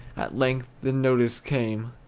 at length the notice came.